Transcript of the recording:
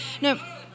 No